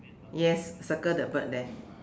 yes circle the bird there